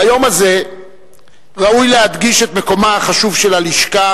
ביום הזה ראוי להדגיש את מקומה החשוב של הלשכה